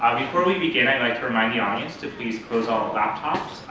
before we begin i'd like to remind the audience to please close all laptops,